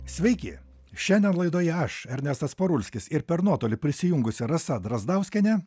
sveiki šiandien laidoje aš ernestas parulskis ir per nuotolį prisijungusia rasa drazdauskienė